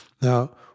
Now